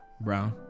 Brown